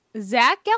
Zach